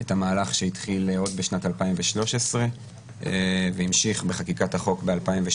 את המהלך שהתחיל עוד בשנת 2013 והמשיך בחקיקת החוק ב-2018